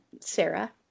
Sarah